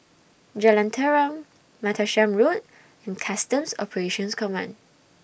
Jalan Tarum Martlesham Road and Customs Operations Command